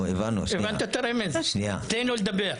במקום זה, שיצהירו שסוגרים אתכם.